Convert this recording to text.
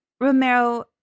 Romero